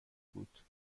بود